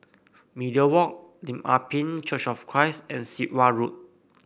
Media Walk Lim Ah Pin Church of Christ and Sit Wah Road